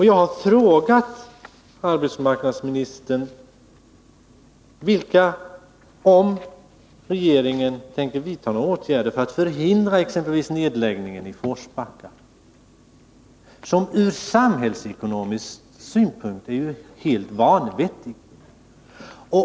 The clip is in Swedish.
Jag har frågat arbetsmarknadsministern om regeringen tänker vidta några åtgärder för att förhindra exempelvis nedläggningen i Forsbacka, som ur samhällsekonomisk synpunkt är helt vanvettig.